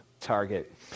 target